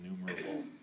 innumerable